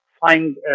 find